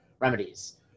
remedies